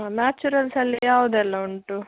ಹಾಂ ನ್ಯಾಚುರಲ್ಸಲ್ಲಿ ಯಾವುದೆಲ್ಲ ಉಂಟು